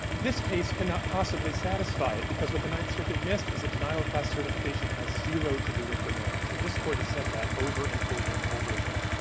this case cannot possibly satisfy it, because what the ninth circuit missed is a denial of class certification has zero to do with the merits. and this court has said that over and over and over again.